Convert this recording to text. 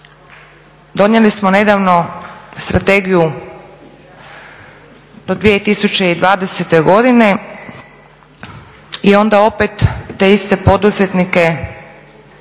donijeli smo nedavno strategiju do 2020. godine i onda opet te iste poduzetnike